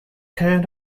kind